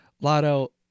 Lotto